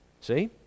See